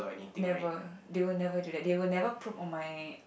never they will never do that they will never probe on my